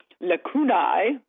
lacunae